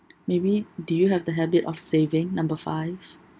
maybe do you have the habit of saving number five